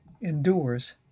endures